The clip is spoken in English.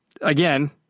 again